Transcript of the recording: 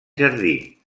jardí